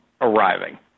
arriving